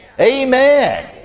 Amen